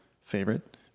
favorite